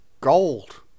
gold